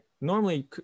normally